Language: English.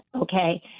Okay